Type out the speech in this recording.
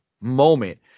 Moment